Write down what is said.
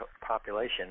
population